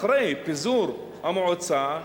אחרי פיזור המועצה,